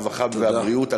הרווחה והבריאות,